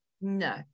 No